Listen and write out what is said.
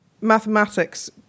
mathematics